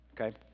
okay